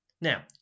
Now